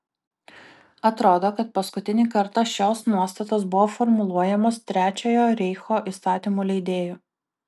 atrodo kad paskutinį kartą šios nuostatos buvo formuluojamos trečiojo reicho įstatymų leidėjų